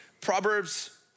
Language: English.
Proverbs